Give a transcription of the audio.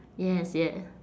yes yeah